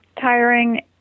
tiring